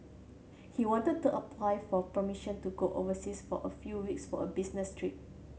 he wanted to apply for permission to go overseas for a few weeks for a business trip